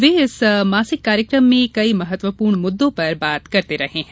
वे इस मासिक कार्यक्रम में कई महत्वपूर्ण मुद्दों पर बात करते रहे हैं